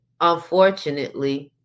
unfortunately